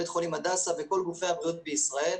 בית חולים הדסה וכל גופי הבריאות בישראל.